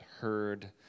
heard